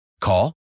Call